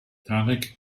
tarek